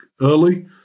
early